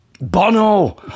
Bono